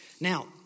Now